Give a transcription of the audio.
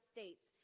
States